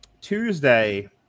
Tuesday